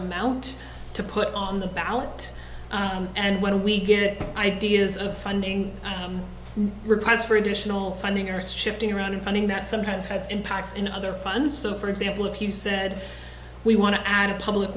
amount to put on the ballot and when we get ideas of funding requests for additional funding are shifting around in funding that sometimes has impacts in other funds so for example if you said we want to add a public